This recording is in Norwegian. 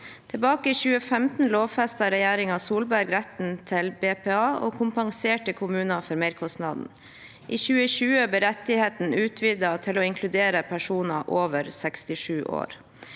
Tilbake i 2015 lovfestet regjeringen Solberg retten til BPA og kompenserte kommuner for merkostnaden. I 2020 ble rettigheten utvidet til å inkludere personer over 67 år.